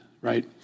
right